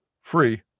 Free